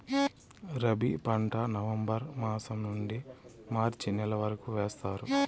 రబీ పంట నవంబర్ మాసం నుండీ మార్చి నెల వరకు వేస్తారు